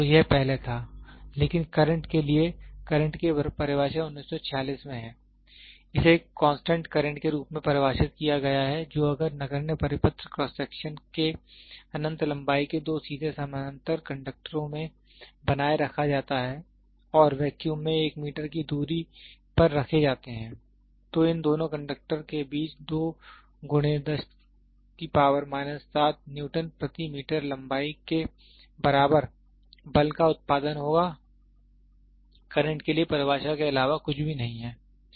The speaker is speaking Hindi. तो यह पहले था लेकिन करंट के लिए करंट की परिभाषा 1946 में है इसे कांस्टेंट करंट के रूप में परिभाषित किया गया था जो अगर नगण्य परिपत्र क्रॉस सेक्शन के अनंत लंबाई के दो सीधे समानांतर कंडक्टरों में बनाए रखा जाता है और वैक्यूम में 1 मीटर की दूरी पर रखे जाते हैं तो इन दोनों कंडक्टर के बीच न्यूटन प्रति मीटर लंबाई के बराबर बल का उत्पादन होगा करंट के लिए परिभाषा के अलावा कुछ भी नहीं है